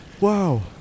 Wow